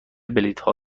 بلیتها